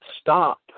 stop